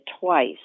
twice